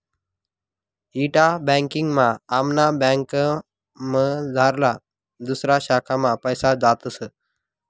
इंटा banking मा आमना बँकमझारला दुसऱा शाखा मा पैसा जातस